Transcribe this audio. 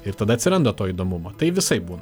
ir tada atsiranda to įdomumo tai visaip būna